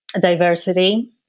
diversity